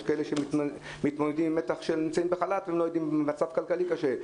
יש כאלה שמתמודדים עם מתח כי הם בחל"ת והם במצב כלכלי קשה.